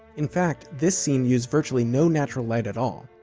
in fact, this scene used virtually no natural light at all